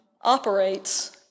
operates